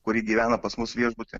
kuri gyvena pas mus viešbuty